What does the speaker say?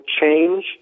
change